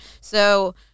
So-